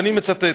ואני מצטט: